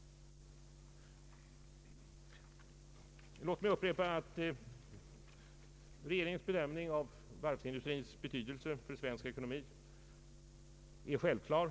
Låt mig upprepa att regeringens bedömning av varvsindustrins betydelse för svensk ekonomi är självklar.